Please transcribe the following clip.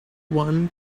one